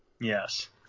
Yes